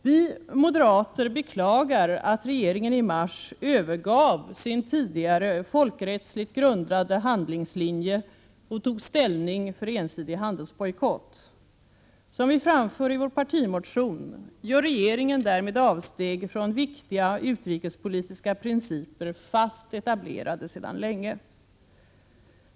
Vi moderater beklagar att regeringen i mars övergav sin tidigare folkrättsligt grundade handlingslinje och tog ställning för ensidig handelsbojkott. Som vi framför i vår partimotion gör regeringen därmed avsteg från viktiga utrikespolitiska principer, fast etablerade sedan länge.